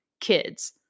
kids